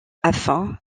afin